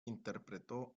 interpretó